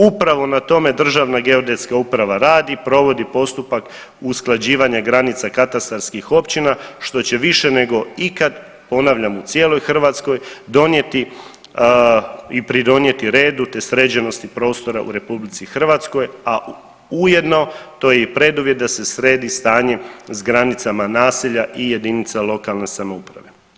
Upravo na tome Državna geodetska uprava radi i provodi postupak usklađivanja granica katastarskih općina što će više nego ikad, ponavljam u cijeloj Hrvatskoj donijeti i pridonijeti redu te sređenosti prostora u RH, a ujedno to je i preduvjet da se sredi stanje s granicama naselja i jedinica lokalne samouprave.